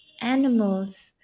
animals